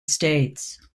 states